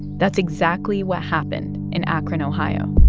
that's exactly what happened in akron, ohio